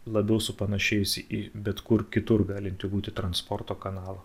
labiau supanašėjusi į bet kur kitur galintį būti transporto kanalą